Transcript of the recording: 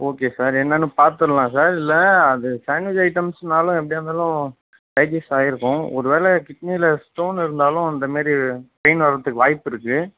okay sir என்னான்னு பார்த்துர்லாம் sir இல்லை அது சேண்ட்வெஜ் ஐட்டம்ஸ்னாலும் எப்படியா இருந்தாலும் டைஜிஸ்ட் ஆயிருக்கும் ஒருவேளை கிட்னியில ஸ்டோன் இருந்தாலும் அந்தமாரி பெயின் வரத்துக்கு வாய்ப்பிருக்கு